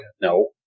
No